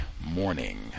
morning